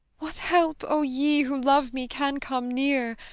what help, o ye who love me, can come near,